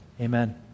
Amen